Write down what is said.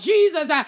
Jesus